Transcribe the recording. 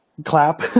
clap